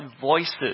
voices